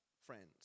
friends